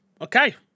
okay